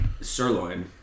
sirloin